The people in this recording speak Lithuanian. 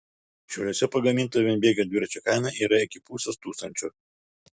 šiauliuose pagaminto vienbėgio dviračio kaina yra iki pusės tūkstančio